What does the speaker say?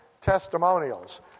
testimonials